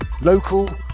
Local